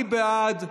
מי בעד?